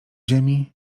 ziemi